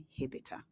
inhibitor